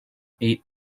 eight